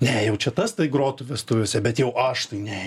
ne jau čia tas tai grotų vestuvėse bet jau aš tai ne